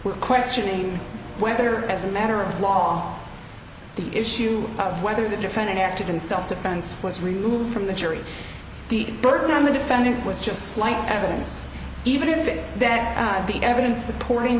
we're questioning whether as a matter of law the issue of whether the defendant acted in self defense was removed from the jury the burden on the defendant was just like evidence even it that the evidence supporting